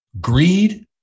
greed